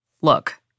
Look